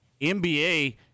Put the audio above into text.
NBA